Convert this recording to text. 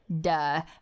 Duh